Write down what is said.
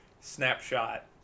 snapshot